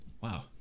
wow